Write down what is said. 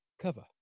cover